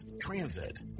transit